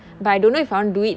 mm